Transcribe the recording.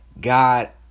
God